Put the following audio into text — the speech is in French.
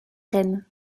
reine